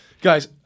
Guys